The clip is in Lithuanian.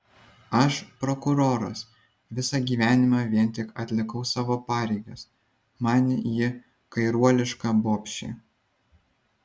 aš prokuroras visą gyvenimą vien tik atlikau savo pareigas man ji kairuoliška bobšė